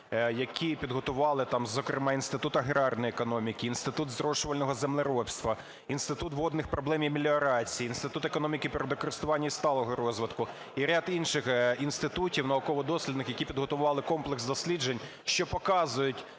який підготували там, зокрема, Інститут аграрної економіки, Інститут зрошувального землеробства, Інститут водних проблем і меліорації, Інститут економіки, природокористування і сталого розвитку і ряд інших інститутів науково-дослідних, які підготували комплекс досліджень, що показують